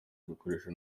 ibikoresho